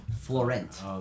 Florent